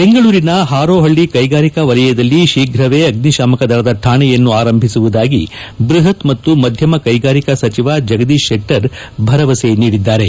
ಬೆಂಗಳೂರಿನ ಹಾರೋಹ್ಣ ಕೈಗಾರಿಕಾ ವಲಯದಲ್ಲಿ ಶೀಘವೇ ಅಗ್ನಿಶಾಮಕ ದಳದ ಶಾಣೆಯನ್ನು ಆರಂಭಿಸುವುದಾಗಿ ಬ್ಬಹತ್ ಮತ್ತು ಮಧ್ಯಮ ಕೈಗಾರಿಕಾ ಸಚಿವ ಜಗದೀಶ್ ಶೆಟ್ಟರ್ ಭರವಸೆ ನೀಡಿದರು